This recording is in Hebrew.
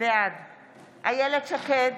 בעד איילת שקד,